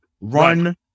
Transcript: run